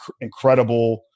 incredible